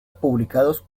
publicados